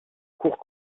cours